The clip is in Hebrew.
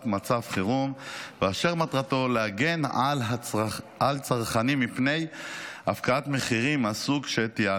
מצב חירום ואשר מטרתו להגן על צרכנים מפני הפקעת מחירים מהסוג שתיארתי.